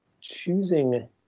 choosing